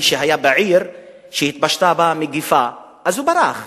שהיה בעיר שהתפשטה בה מגפה והוא ברח.